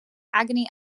agony